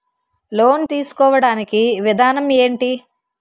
Loan తీసుకోడానికి విధానం ఏంటి?